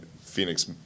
Phoenix